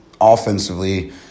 offensively